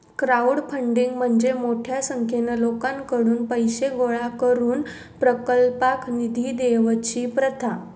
crowdfunding म्हणजे मोठ्या संख्येन लोकांकडुन पैशे गोळा करून प्रकल्पाक निधी देवची प्रथा